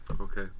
Okay